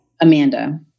Amanda